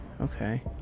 Okay